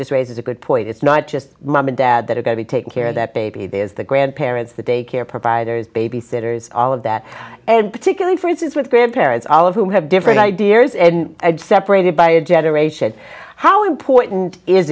does raises a good point it's not just mom and dad that are going to take care of that baby there's the grandparents the daycare providers babysitters all of that and particularly for instance with grandparents all of whom have different ideas and separated by a generation how important is